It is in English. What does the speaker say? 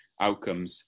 outcomes